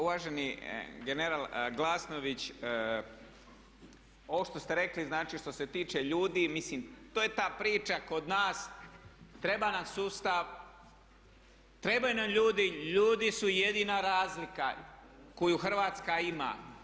Uvaženi general Glasnović, ovo što ste rekli, znači što se tiče ljudi mislim to je ta priča kod nas treba nam sustav, trebaju nam ljudi, ljudi su jedina razlika koju Hrvatska ima.